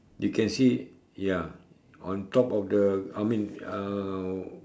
you can see ya on top of the I mean uh